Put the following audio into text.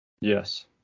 Yes